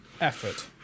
Effort